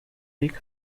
ricco